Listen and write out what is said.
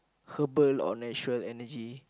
herbal or natural energy